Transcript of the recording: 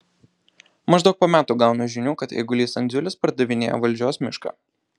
maždaug po metų gaunu žinių kad eigulys andziulis pardavinėja valdžios mišką